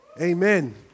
Amen